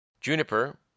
Juniper